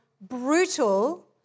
brutal